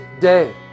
day